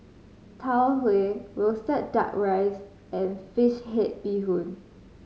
Tau Huay roasted Duck Rice and fish head bee hoon